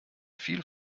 viel